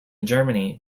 germany